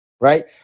Right